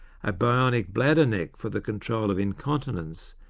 a bionic bladder neck for the control of incontinence,